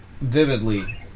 Vividly